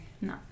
no